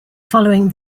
following